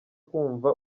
kumva